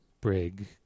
brig